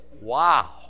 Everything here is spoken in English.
Wow